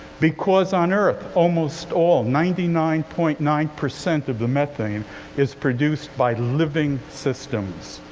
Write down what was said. because on earth, almost all ninety nine point nine percent of the methane is produced by living systems,